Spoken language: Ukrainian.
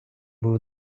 був